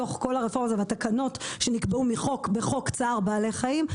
שנמצא בתוך הרפורמה והתקנות שנקבעו בחוק צער בעלי חיים,